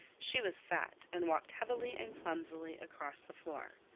she was fat, and walked heavily and clumsily across the floor.